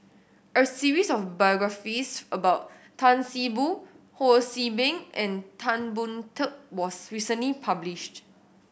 a series of biographies about Tan See Boo Ho See Beng and Tan Boon Teik was recently published